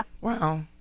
Wow